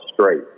straight